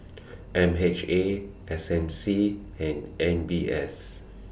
M H A S M C and M B S